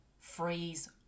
freeze